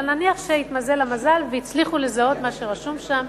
אבל נניח שהתמזל המזל והצליחו לזהות מה שרשום שם,